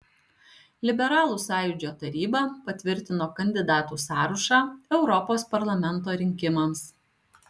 liberalų sąjūdžio taryba patvirtino kandidatų sąrašą europos parlamento rinkimams